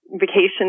vacation